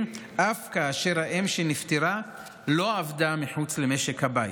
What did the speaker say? אף כאשר האם שנפטרה לא עבדה מחוץ למשק הבית.